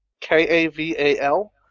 K-A-V-A-L